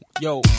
yo